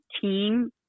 team